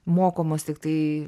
mokomos tiktai